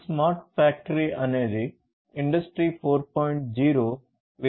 smart factory అనేది industry 4